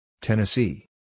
Tennessee